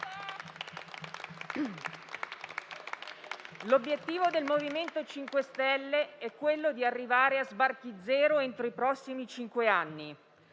«L'obiettivo del MoVimento 5 Stelle è quello di arrivare a sbarchi zero entro i prossimi cinque anni.